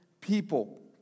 people